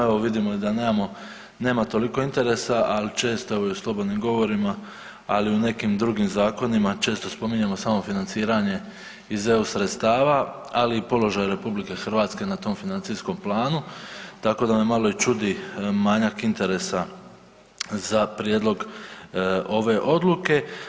Evo vidimo da nema toliko interesa, ali često u slobodnim govorima ali i u nekim drugim zakonima često spominjemo samo financiranje iz eu sredstava, ali i o položaju RH na tom financijskom planu, tako da me malo i čudi manjak interesa za prijedlog ove odluke.